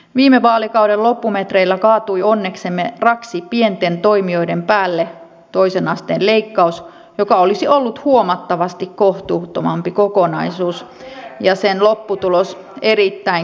viime vaalikauden loppumetreillä kaatui onneksemme raksi pienten toimijoiden päälle leikkaus eli toisen asteen leikkaus joka olisi ollut huomattavasti kohtuuttomampi kokonaisuus ja sen lopputulos erittäin keskittävä